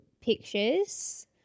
pictures